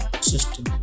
system